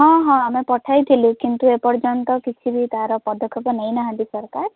ହଁ ହଁ ଆମେ ପଠାଇ ଥିଲୁ କିନ୍ତୁ ଏପର୍ଯ୍ୟନ୍ତ କିଛି ବି ତା'ର ପଦକ୍ଷେପ ନେଇ ନାହାଁନ୍ତି ସରକାର